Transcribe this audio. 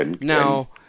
Now